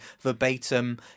verbatim